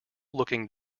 looking